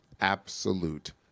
absolute